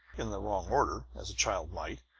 in the wrong order, as a child might,